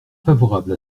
favorable